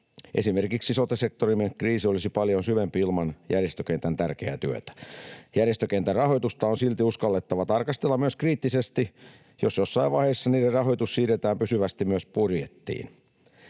esimerkiksi sote-sektorimme kriisi olisi paljon syvempi ilman järjestökentän tärkeää työtä. Järjestökentän rahoitusta on silti uskallettava tarkastella myös kriittisesti, jos jossain vaiheessa niiden rahoitus siirretään pysyvästi budjettiin.